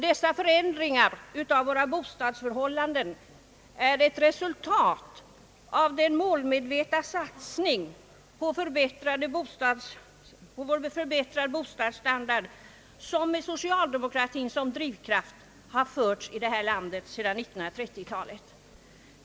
Dessa förändringar av våra bostadsförhållanden är ett resultat av den målmedvetna satsning på förbättrad bostadsstandard som med socialdemokratin som drivkraft har förts i detta land sedan 1930-talet.